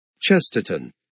Chesterton